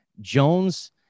Jones